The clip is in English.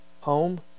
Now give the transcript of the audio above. home